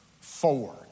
four